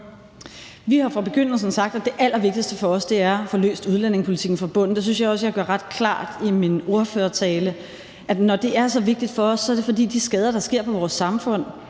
Vi har fra begyndelsen sagt, at det allervigtigste for os er at få løst udlændingepolitikken fra bunden. Det synes jeg også at jeg gør ret klart i min ordførertale, og når det er så vigtigt for os, er det, fordi de skader, der sker på vores samfund,